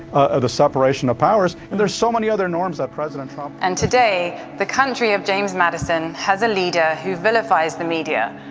ah the separation of powers, and there's so many other norms that president trump. and today, the country of james madison has a leader who vilifies the media,